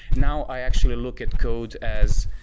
now, i actually look at codes as,